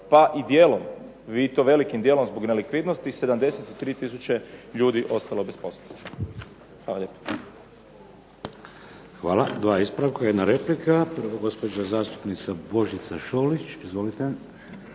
pa i dijelom, i to velikim dijelom zbog nelikvidnosti 73 tisuće ljudi ostalo bez posla. Hvala lijepa. **Šeks, Vladimir (HDZ)** Hvala. Dva ispravka, jedna replika. Prvo gospođa zastupnica Božica Šolić. Izvolite.